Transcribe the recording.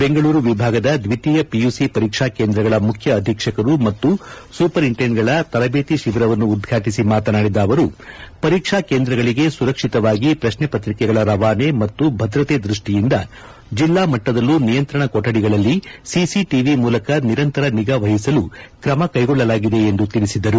ಬೆಂಗಳೂರು ವಿಭಾಗದ ದ್ವಿತೀಯ ಪಿಯುಸಿ ಪರೀಕ್ಷಾ ಕೇಂದ್ರಗಳ ಮುಖ್ಯ ಅಧೀಕ್ಷಕರು ಮತ್ತು ಸೂಪಂಟೆಂಡ್ಗಳ ತರಬೇತಿ ಶಿಬಿರವನ್ನು ಉದ್ವಾಟಿಸಿ ಮಾತನಾಡಿದ ಅವರು ಪರೀಕ್ಷಾ ಕೇಂದ್ರಗಳಿಗೆ ಸುರಕ್ಷಿತವಾಗಿ ಪ್ರಶ್ನೆ ಪತ್ರಿಕೆಗಳ ರವಾನೆ ಮತ್ತು ಭದ್ರತೆ ದ್ವಸ್ಷಿಯಿಂದ ಜಿಲ್ಲಾ ಮಟ್ಟದಲ್ಲೂ ನಿಯಂತ್ರಣ ಕೊಠಡಿಗಳಲ್ಲಿ ಸಿಸಿಟಿವಿ ಮೂಲಕ ನಿರಂತರ ನಿಗಾವಹಿಸಲು ತ್ರಮ ಕೈಗೊಳ್ಳಲಾಗಿದೆ ಎಂದು ತಿಳಿಸಿದರು